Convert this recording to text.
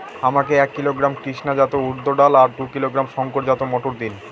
আমাকে এক কিলোগ্রাম কৃষ্ণা জাত উর্দ ডাল আর দু কিলোগ্রাম শঙ্কর জাত মোটর দিন?